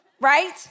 right